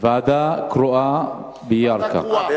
ועדה קרואה בירכא.